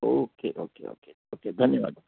okay okay okay okay धन्यवाद